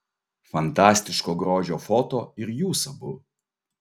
fantastiško grožio foto ir jūs abu